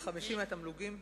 50% מהתמלוגים.